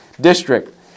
district